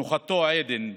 מנוחתו עדן.